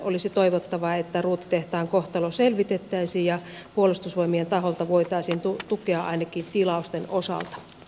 olisi toivottavaa että ruutitehtaan kohtalo selvitettäisiin ja puolustusvoimien taholta voitaisiin tukea ainakin tilausten osalta